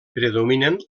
predominen